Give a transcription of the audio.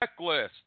Checklist